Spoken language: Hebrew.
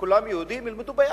וכולם יהודים, ילמדו ביחד.